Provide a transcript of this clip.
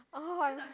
oh I'm